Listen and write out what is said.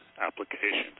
applications